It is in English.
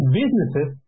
businesses